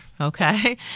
Okay